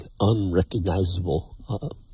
unrecognizable